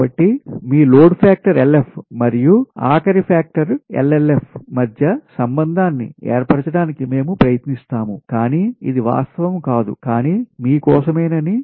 కాబట్టి మీ load factor LF మరియు ఆఖరి ఫాక్టర్ LLF మధ్య సంబంధాన్ని ఏర్పరచడానికి మేము ప్రయత్నిస్తాము కానీ ఇది వాస్తవం కాదు కానీ మీ కోసమేనని